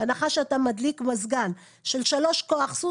בהנחה שאתה מדליק מזגן של 3 כ"ס,